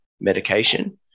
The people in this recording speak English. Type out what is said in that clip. medication